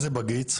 ושירותים.